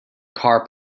car